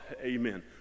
amen